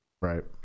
Right